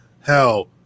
Hell